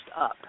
up